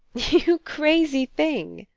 you crazy thing!